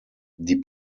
die